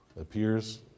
appears